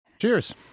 Cheers